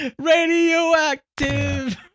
Radioactive